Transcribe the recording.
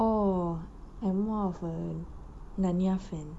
oh I'm more of a narnia fan